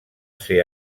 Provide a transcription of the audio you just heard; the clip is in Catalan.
ser